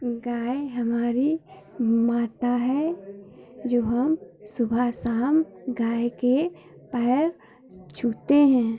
गाय हमारी माता है जो हम सुबह शाम गाय के पैर छूते हैं